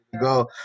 go